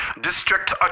District